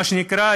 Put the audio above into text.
מה שנקרא,